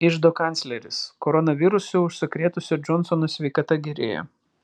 iždo kancleris koronavirusu užsikrėtusio džonsono sveikata gerėja